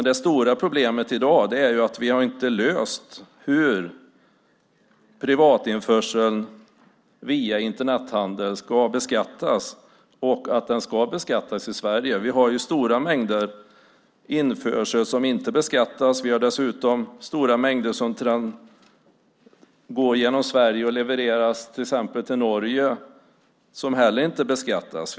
Det stora problemet i dag är dock att vi inte löst frågan hur privatinförseln via Internethandel ska beskattas, att den ska beskattas i Sverige. Det införs stora mängder som inte beskattas. Dessutom levereras stora mängder genom Sverige till exempelvis Norge. Inte heller det beskattas.